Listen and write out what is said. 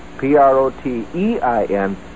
P-R-O-T-E-I-N